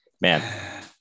man